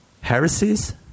Heresies